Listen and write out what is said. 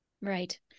Right